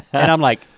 and i'm like,